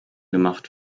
gemacht